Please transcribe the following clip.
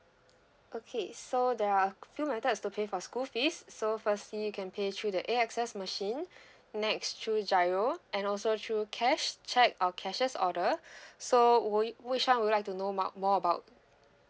okay so there are a few methods to pay for school fees so firstly you can pay through the A_X_S machine next through giro and also through cash check or cashiers order so would which one would you like to know more more about